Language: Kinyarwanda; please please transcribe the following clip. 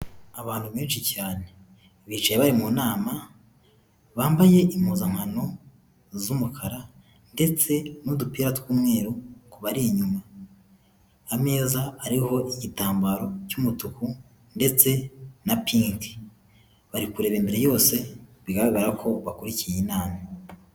Abantu benshi cyane bicaye bari mu nama, bambaye impuzankano z'umukara ndetse n'udupira tw'umweru ku bari inyuna, ameza ariho igitambaro cy'umutuku ndetse na pinki bari kureba imbere bose bigaragara ko bakurikiye inama.